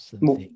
More